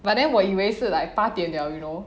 but then 我以为是 like 八点了 you know